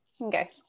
Okay